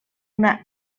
una